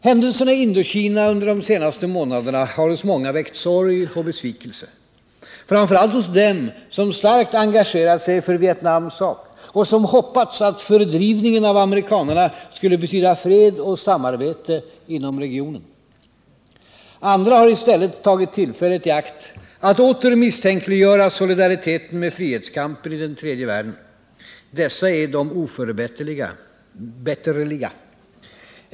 Händelserna i Indokina under de senaste månaderna har hos många väckt sorg och besvikelse, framför allt hos dem som starkt engagerat sig för Vietnams sak och som hoppats att fördrivningen av amerikanarna skulle betyda fred och samarbete inom regionen. Andra har i stället tagit tillfället i akt att åter misstänkliggöra solidariteten med frihetskampen i den tredje världen. Dessa är de oförbätterliga.